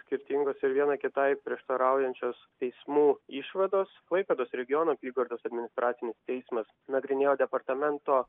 skirtingos ir viena kitai prieštaraujančios teismų išvados klaipėdos regiono apygardos administracinis teismas nagrinėjo departamento